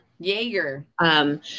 Jaeger